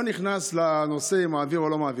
אני לא נכנס לשאלה אם הוא מעביר או לא מעביר: